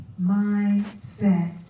mindset